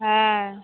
হ্যাঁ